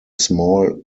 small